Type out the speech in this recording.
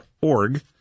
org